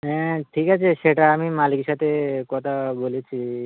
হ্যাঁ ঠিক আছে সেটা আমি মালিকের সাথে কথা বলেছি